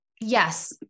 yes